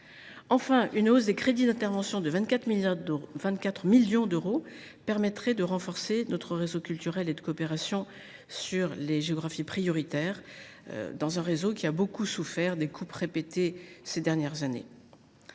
Enfin, une hausse des crédits d’intervention de 24 millions d’euros permettra de renforcer notre réseau culturel et de coopération dans les zones géographiques prioritaires, le réseau ayant beaucoup souffert des coupes budgétaires répétées de ces dernières années.